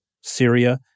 Syria